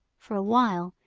for a while,